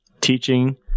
teaching